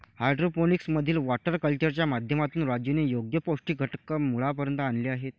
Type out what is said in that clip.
hydroponics मधील water कल्चरच्या माध्यमातून राजूने योग्य पौष्टिक घटक मुळापर्यंत आणले आहेत